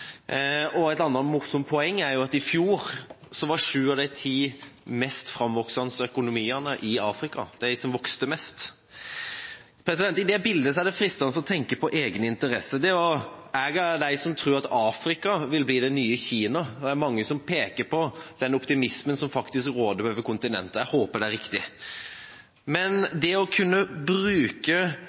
Et annet morsomt poeng er at i fjor var sju av de ti økonomiene som vokste mest, i Afrika. I dette bildet er det fristende å tenke på egne interesser. Jeg er av dem som tror at Afrika vil bli det ny Kina. Det er mange som peker på den optimismen som faktisk råder over kontinentet – jeg håper det er riktig. Å kunne bruke